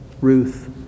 Ruth